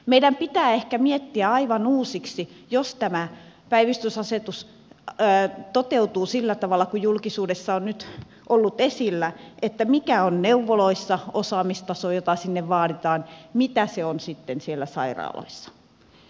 meidän pitää ehkä miettiä aivan uusiksi jos tämä päivystysasetus toteutuu sillä tavalla kuin julkisuudessa on nyt ollut esillä mikä on neuvoloissa osaamistaso jota sinne vaaditaan ja mitä se on sitten siellä sairaaloissa